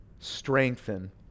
strengthen